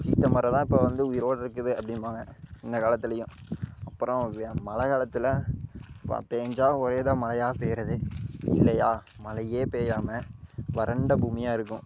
சீத்த மரம்லாம் இப்போ வந்து உயிரோடய இருக்குது அப்படிம்பாங்க இந்த காலத்துலேயும் அப்புறம் வ மழை காலத்தில் பெஞ்சா ஒரே இதாக மழையா பெய்றது இல்லையா மழையே பெய்யாமல் வறண்ட பூமியாக இருக்கும்